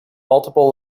multiple